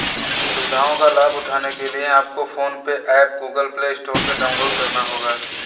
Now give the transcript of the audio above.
सुविधाओं का लाभ उठाने के लिए आपको PhonePe app Google play store से डाउनलोड करना होगा